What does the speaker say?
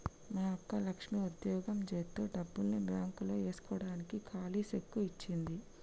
మా అక్క లక్ష్మి ఉద్యోగం జేత్తు డబ్బుల్ని బాంక్ లో ఏస్కోడానికి కాలీ సెక్కు ఇచ్చింది